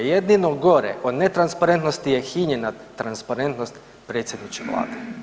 Jedino gore od netransparentnosti je hinjena transparentnost, predsjedniče Vlade.